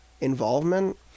involvement